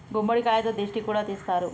గుమ్మడికాయతో దిష్టి కూడా తీస్తారు